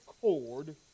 cord